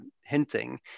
hinting